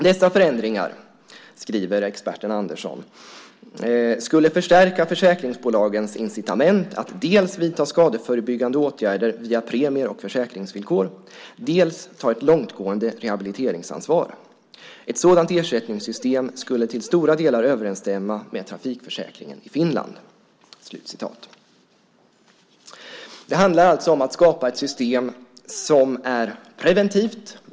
Vidare skriver experten Andersson: "Dessa förändringar skulle förstärka försäkringsbolagens incitament att dels vidta skadeförebyggande åtgärder via premier och försäkringsvillkor, dels ta ett långtgående rehabiliteringsansvar. Ett sådant ersättningssystem skulle till stora delar överensstämma med trafikförsäkringen i Finland." Det handlar alltså om att skapa ett system som är preventivt.